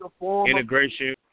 integration